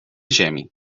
ziemi